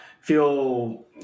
feel